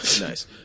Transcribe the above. Nice